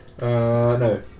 No